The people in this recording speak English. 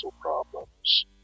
problems